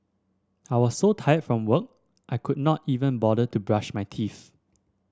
I was so tired from work I could not even bother to brush my teeth